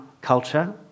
culture